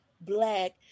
black